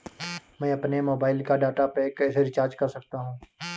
मैं अपने मोबाइल का डाटा पैक कैसे रीचार्ज कर सकता हूँ?